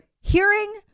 hearing